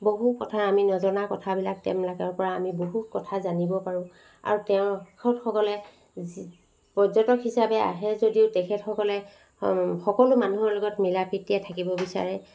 বহু কথা আমি নজনা কথাবিলাক তেওঁবিলাকৰপৰা আমি বহুত কথা জানিব পাৰোঁ আৰু তেখেতসকলে পৰ্যটক হিচাপে আহে যদিও তেখেতসকলে সকলো মানুহৰ লগতে তেখেতসকলে মিলা প্ৰীতিৰে থাকিব বিচাৰে